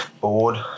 bored